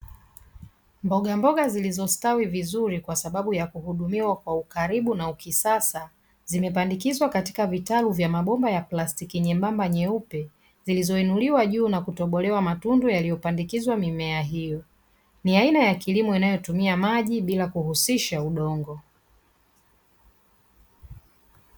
Mboga mboga zilizostawi vizuri kwa sababu ya kuhudumiwa kwa ukaribu na ukisasa, zimepandikizwa katika vitalu vya mabomba ya plastiki nyembamba nyeupe, zilizoinuliwa juu na kutobolewa matundu yaliyopandikizwa mimea hiyo. Ni aina ya kilimo inayotumia maji bila kuhusisha udongo.